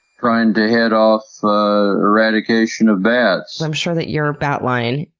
trying to head off eradication of bats. i'm sure that your bat line,